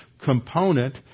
component